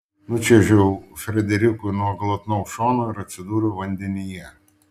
nučiuožiau frederikui nuo glotnaus šono ir atsidūriau vandenyje